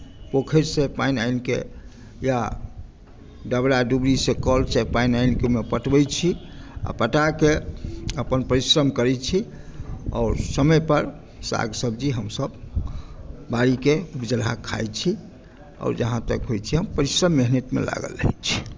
पोखरिसँ पानि आनिके या डबरा डुबरीसँ कलसँ पानि आनिके ओहिमे पटबैत छी आ पटा कऽ अपन परिश्रम करैत छी आओर समयपर साग सब्जी हमसभ बाड़ीके उपजेलहा खाइत छी आओर जहाँ तक होइत छै हम परिश्रम मेहनतमे लागल रहैत छी